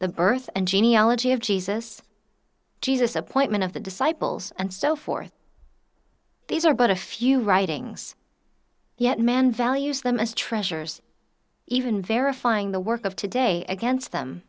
the birth and genealogy of jesus jesus appointment of the disciples and so forth these are but a few writings yet man values them as treasures even verifying the work of today against them